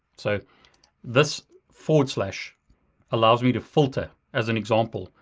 so this forward slash allows me to filter, as an example,